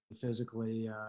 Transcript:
physically